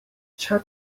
chad